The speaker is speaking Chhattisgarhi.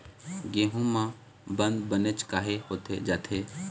गेहूं म बंद बनेच काहे होथे जाथे?